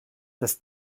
das